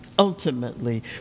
Ultimately